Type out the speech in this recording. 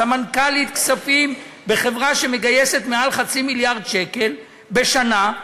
סמנכ"לית כספים בחברה שמגייסת מעל חצי מיליארד שקל בשנה,